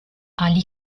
ali